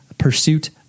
pursuit